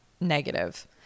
negative